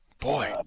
Boy